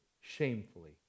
shamefully